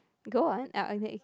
go on